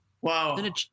Wow